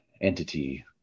entity